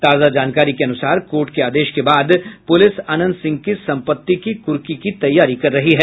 ताजा जानकारी के अनुसार कोर्ट के आदेश के बाद पुलिस अनंत सिंह की संपत्ति की कुर्की की तैयारी कर रही है